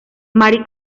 mari